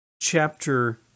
chapter